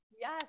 Yes